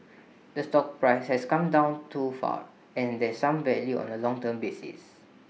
the stock price has come down too far and there's some value on A long term basis